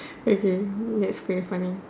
okay that's pretty funny